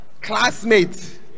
classmate